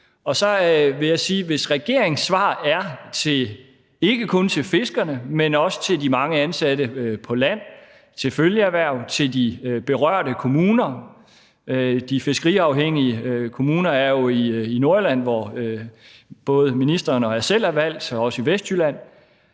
Og så vil jeg sige, at hvis regeringens svar er, ikke kun til fiskerne, men også til de mange ansatte på land, til følgeerhverv, til de berørte kommuner – de fiskeriafhængige kommuner er jo i Nordjylland, hvor både ministeren og jeg selv er valgt, og de er også i Vestjylland